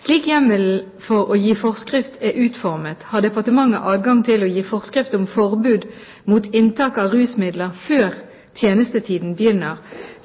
Slik hjemmelen for å gi forskrift er utformet, har departementet adgang til å gi forskrift om forbud mot inntak av rusmidler før tjenestetiden begynner,